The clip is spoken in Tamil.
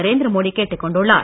நரேந்திரமோடி கேட்டுக் கொண்டுள்ளார்